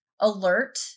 alert